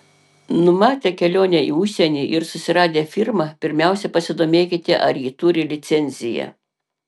numatę kelionę į užsienį ir susiradę firmą pirmiausia pasidomėkite ar ji turi licenciją